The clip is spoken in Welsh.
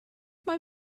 mae